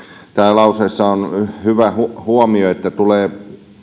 lauseessa on hyvä huomio että tulee